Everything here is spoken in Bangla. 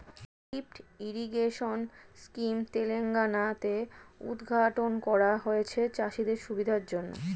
লিফ্ট ইরিগেশন স্কিম তেলেঙ্গানা তে উদ্ঘাটন করা হয়েছে চাষিদের সুবিধার জন্যে